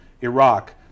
Iraq